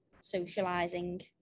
socializing